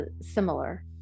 similar